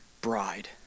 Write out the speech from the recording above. bride